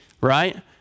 right